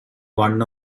one